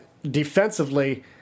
defensively